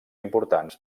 importants